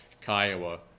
Kiowa